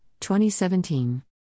2017